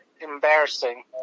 Embarrassing